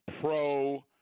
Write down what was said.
pro –